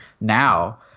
now